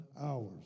hours